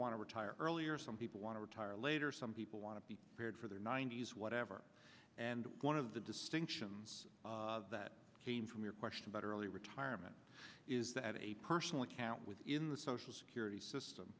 want to retire earlier some people want to retire later some people want to be prepared for their ninety's whatever and one of the distinctions that came from your question about early retirement is that a personal account within the social security system